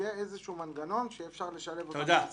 שיהיה איזשהו מנגנון שאפשר יהיה לשלב אותם בהסעה.